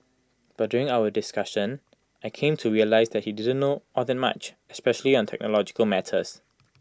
but during our discussion I came to realise that he did not know all that much especially on technological matters